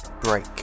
break